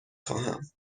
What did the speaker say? خواهم